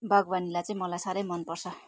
बागवानीलाई चाहिँ मलाई साह्रै मनपर्छ